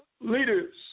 leaders